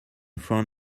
front